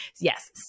yes